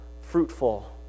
fruitful